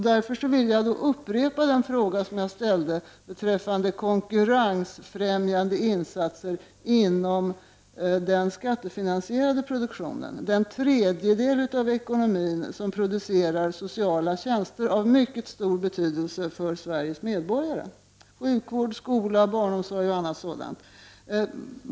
Därför vill jag upprepa den fråga som jag ställde beträffande konkurrensfrämjande insatser inom den skattefinansierade produktionen — den tredjedel av ekonomin som producerar sociala tjänster av mycket stor betydelse för Sveriges medborgare, som sjukvård, skola, barnomsorg och annat sådant.